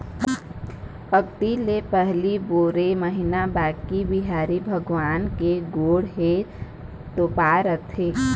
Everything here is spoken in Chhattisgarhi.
अक्ती ले पहिली बारो महिना बांके बिहारी भगवान के गोड़ ह तोपाए रहिथे